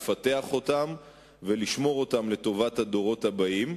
לפתח אותם ולשמור אותם לטובת הדורות הבאים,